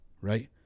right